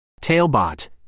Tailbot